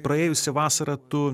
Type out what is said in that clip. praėjusią vasarą tu